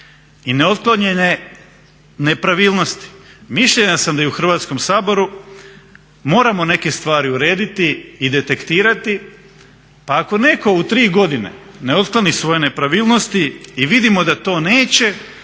i neotklonjene nepravilnosti mišljenja sam da i u Hrvatskom saboru moramo neke stvari urediti i detektirati pa ako netko u tri godine ne otkloni svoje nepravilnosti i vidimo da to neće